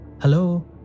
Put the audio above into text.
hello